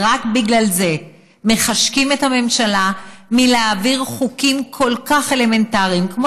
רק בגלל זה מחשקים את הממשלה מלהעביר חוקים כל כך אלמנטריים כמו